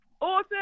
Awesome